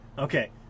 Okay